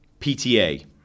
PTA